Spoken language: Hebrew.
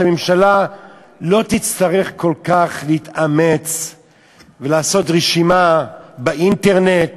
שהממשלה לא תצטרך כל כך להתאמץ ולעשות רשימה באינטרנט